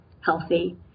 healthy